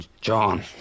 John